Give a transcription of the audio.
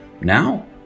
Now